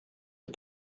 are